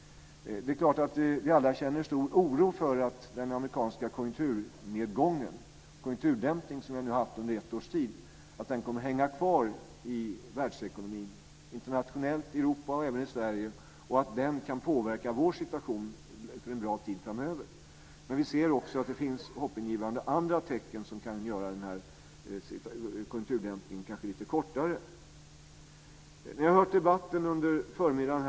Det är klart att vi alla känner stor oro för att den amerikanska konjunkturdämpningen, som nu har varat i ett års tid, kommer att hänga kvar i världsekonomin - internationellt, i Europa och även i Sverige - och för att den kan påverka vår situation under en lång tid framöver. Men det finns också andra hoppingivande tecken som kan bidra till att konjunkturdämpningen blir lite kortvarigare. Jag har hört debatten här under förmiddagen.